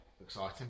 exciting